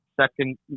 second